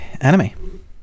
anime